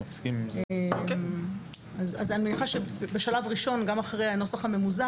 אני מניחה שבשלב ראשון גם אחרי הנוסח הממוזג